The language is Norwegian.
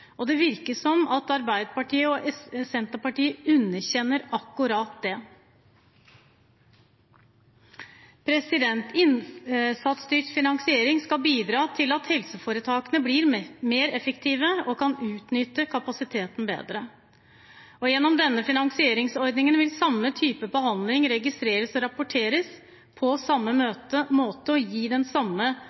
styrket. Det virker som om Arbeiderpartiet og Senterpartiet underkjenner akkurat det. Innsatsstyrt finansiering skal bidra til at helseforetakene blir mer effektive og kan utnytte kapasiteten bedre. Gjennom denne finansieringsordningen vil samme type behandling registreres og rapporteres på samme måte og gi den samme